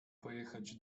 pojechać